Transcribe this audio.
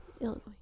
Illinois